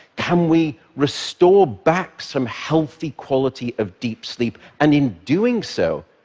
can we restore back some healthy quality of deep sleep, and in doing so,